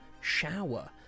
shower